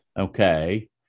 okay